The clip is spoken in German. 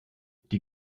die